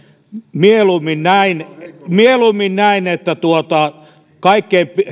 mieluummin näin mieluummin näin että kaikkein